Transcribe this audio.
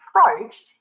approach